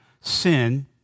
sin